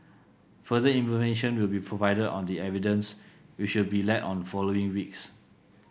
further information will be provided on the evidence which will be led on following weeks